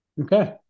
okay